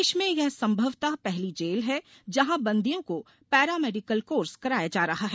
देश में यह संभवतः पहली जेल है जहॉ बंदियों को पैरा मेडिकल कोर्स कराया जा रहा है